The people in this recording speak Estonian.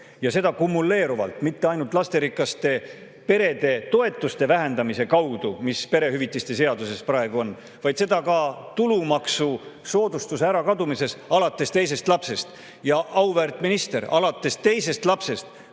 ja seda kumuleeruvalt, mitte ainult lasterikaste perede toetuste vähendamise kaudu, mis perehüvitiste seaduses praegu on, vaid seda ka tulumaksusoodustuse ärakadumise kaudu alates teisest lapsest. Jah, auväärt minister, alates teisest lapsest!